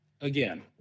again